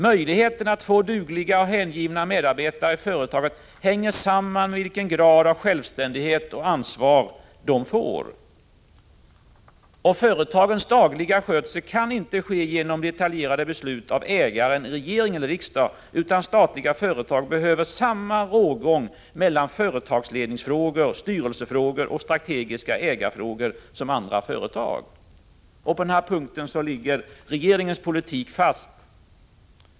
Möjligheterna att få dugliga och hängivna medarbetare i företaget hänger samman med vilken grad av självständighet och ansvar medarbetarna får. Företagens dagliga skötsel kan inte ske genom detaljerade beslut av ägaren, regeringen eller riksdagen, utan statliga företag behöver samma rågång mellan företagsledningsfrågor, styrelsefrågor och strategiska ägarfrågor som andra företag. På den punkten ligger regeringens politik fast.